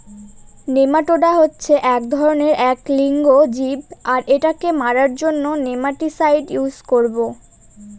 nematoda হচ্ছে এক ধরনের এক লিঙ্গ জীব আর এটাকে মারার জন্য নেমাটিসাইড ইউস করবো